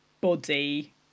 body